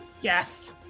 yes